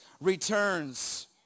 returns